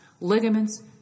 ligaments